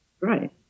Right